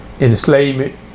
enslavement